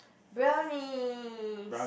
brownies